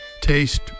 taste